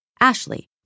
Ashley